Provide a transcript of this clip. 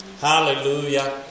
Hallelujah